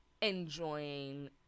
enjoying